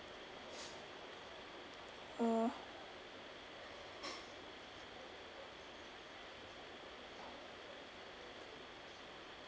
uh